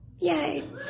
Yay